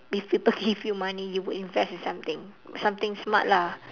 if people give you money you would invest in something something smart lah